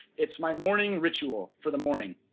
it's my morning ritual, for the morning,